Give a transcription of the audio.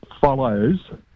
follows